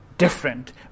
different